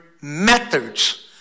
methods